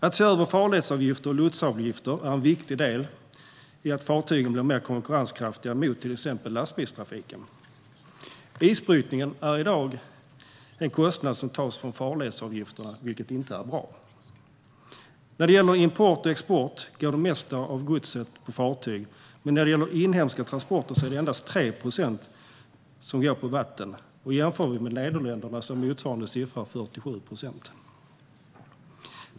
Att se över farleds och lotsavgifter är en viktig del i att fartygen blir mer konkurrenskraftiga gentemot till exempel lastbilstrafiken. Isbrytningen är i dag en kostnad som tas från farledsavgifterna, vilket inte är bra. När det gäller import och export går det mesta av godset på fartyg, men vid inhemska transporter går endast 3 procent på vatten. Jämför vi med Nederländerna är motsvarande siffra 47 procent.